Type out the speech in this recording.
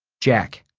jack